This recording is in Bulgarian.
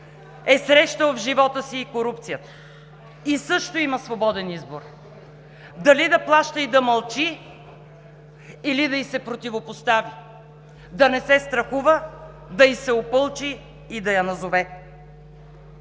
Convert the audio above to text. е срещал в живота си корупцията и също има свободен избор дали да плаща и да мълчи, или да й се противопостави, да не се страхува, да й се опълчи и да я назове.